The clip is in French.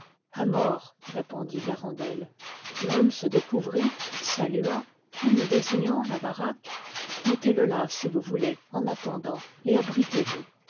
mort répondit garandel l'homme se découvrit salua puis nous désignant la baraque mettez-le là si vous voulez en attendant et abritez vous